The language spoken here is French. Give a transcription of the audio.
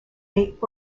est